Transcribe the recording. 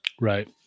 right